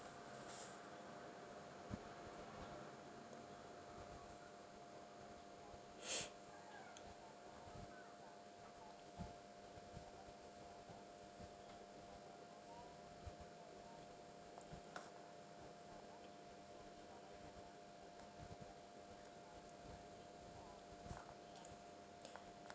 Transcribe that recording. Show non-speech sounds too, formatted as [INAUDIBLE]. [NOISE]